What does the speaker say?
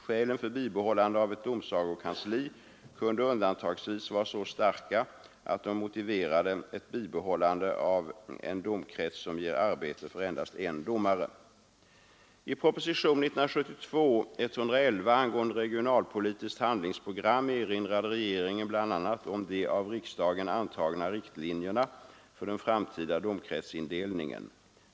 Skälen för bibehållande av ett domsagokansli kunde undantagsvis vara så starka att de motiverade ett bibehållande av en domkrets som ger arbete för endast en domare. I propositionen 1972:111 angående regionalpolitiskt handlingsprogram erinrade regeringen bl.a. om de av riksdagen antagna riktlinjerna för den framtida domkretsindelningen.